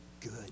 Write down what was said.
good